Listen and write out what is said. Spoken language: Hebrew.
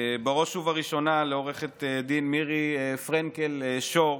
בראש ובראשונה לעו"ד מירי פרנקל שור,